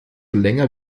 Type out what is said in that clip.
länger